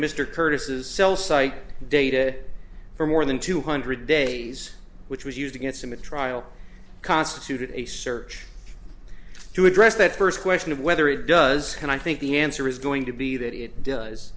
cell site data for more than two hundred days which was used against him a trial constituted a search to address that first question of whether it does and i think the answer is going to be that it